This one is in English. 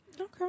Okay